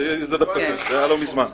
זה היה לא מזמן.